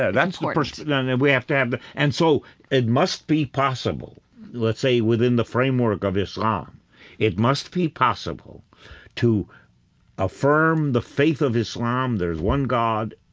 and that's the first yeah and and we have to have the and so it must be possible let's say within the framework of islam it must be possible to affirm the faith of islam there's one god,